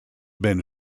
been